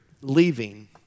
leaving